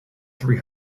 three